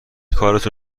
کارتو